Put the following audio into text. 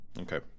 Okay